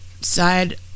side